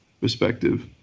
perspective